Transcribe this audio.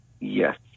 Yes